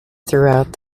throughout